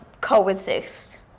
coexist